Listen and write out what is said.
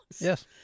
Yes